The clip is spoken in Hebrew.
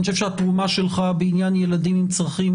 אני חושב שהתרומה שלך בעניין ילדים עם צרכים